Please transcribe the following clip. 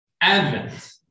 Advent